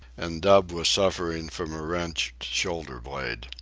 and dub was suffering from a wrenched shoulder-blade.